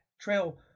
trail